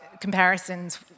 comparisons